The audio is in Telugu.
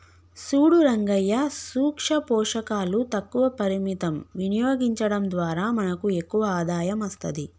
సూడు రంగయ్యా సూక్ష పోషకాలు తక్కువ పరిమితం వినియోగించడం ద్వారా మనకు ఎక్కువ ఆదాయం అస్తది